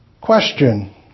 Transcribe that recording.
Question